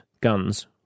guns